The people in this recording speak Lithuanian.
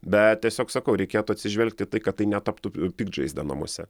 bet tiesiog sakau reikėtų atsižvelgti į tai kad tai netaptų piktžaizde namuose